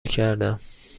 کردم